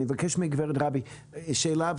אני מבקש מגברת רבי שאלה,